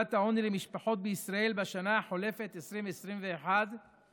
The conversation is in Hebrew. תחולת העוני למשפחות בישראל בשנה החולפת 2021 עלתה